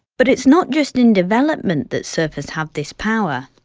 but it's not just in development that surfers have this power.